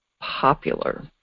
popular